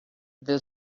been